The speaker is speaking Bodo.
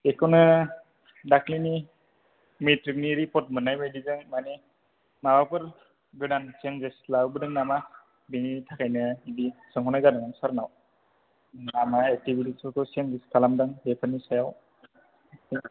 बेखौनो दाख्लिनि मेट्रिकनि रिपर्ट मोन्नाय बायदिजों माने माबाफोर गोदान चेन्जेस लाबोदों नामा बेनि थाखायनो बिदि सोंहरनाय जादों सारनाव चेन्जेस खालामदों बेफोरनि सायाव